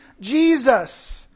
jesus